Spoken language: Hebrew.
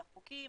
על החוקים,